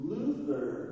Luther